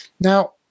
Now